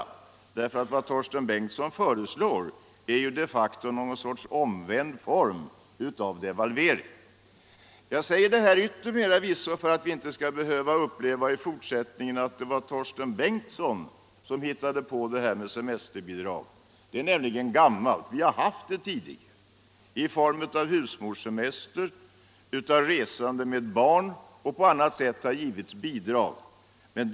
Vad Torsten Bengtson föreslår är de facto något slags omvänd form av devalvering. Jag säger detta till yttermera visso för att vi i fortsättningen inte skall behöva höra att det var Torsten Bengtson som hittade på förslaget om semesterbidrag. Det är nämligen gammalt. Vi har haft ett sådant bidrag tidigare i form av husmorssemester, rabatt till resande med barn m.m.